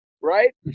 right